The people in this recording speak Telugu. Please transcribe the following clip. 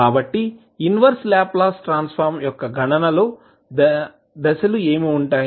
కాబట్టి ఇన్వర్స్ లాప్లాస్ ట్రాన్స్ ఫార్మ్ యొక్క గణనలో దశలు ఏమి ఉన్నాయి